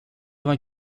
vingt